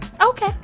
Okay